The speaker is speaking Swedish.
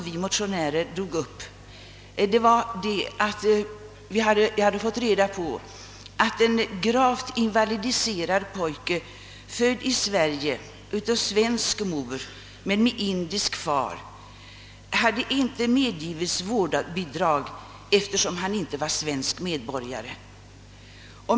Vi motionärer drog upp ett fall som vi hade fått kännedom om. En gravt invalidiserad pojke, född i Sverige av svensk mor men med indisk far, hade inte medgivits vårdbidrag, eftersom han inte var svensk medborgare.